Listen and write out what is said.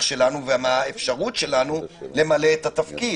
שלנו ומהאפשרות שלנו למלא את התפקיד.